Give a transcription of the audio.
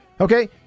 Okay